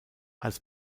als